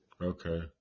Okay